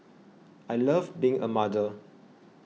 I love being a mother